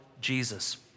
Jesus